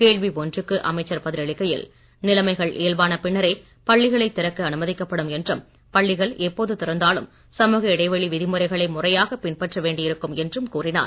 கேள்வி ஒன்றுக்கு அமைச்சர் பதில் அளிக்கையில் நிலைமைகள் இயல்பான பின்னரே பள்ளிகளைத் திறக்க அனுமதிக்கப்படும் என்றும் பள்ளிகள் எப்போது திறந்தாலும் சமூக இடைவெளி விதிமுறைகளை முறையாகப் பின்பற்ற வேண்டி இருக்கும் என்றும் கூறினார்